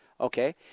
Okay